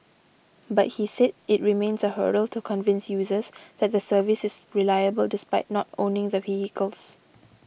but he said it remains a hurdle to convince users that the service is reliable despite not owning the vehicles